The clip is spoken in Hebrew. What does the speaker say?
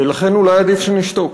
ולכן אולי עדיף שנשתוק.